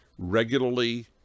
regularly